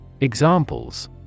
Examples